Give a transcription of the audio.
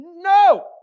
No